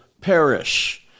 perish